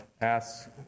ask